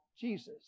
Jesus